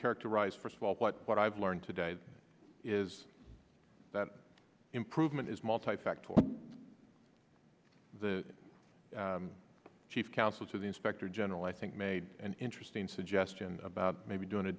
characterize first of all but what i've learned today is that improvement is multifactorial the chief counsel to the inspector general i think made an interesting suggestion about maybe doing a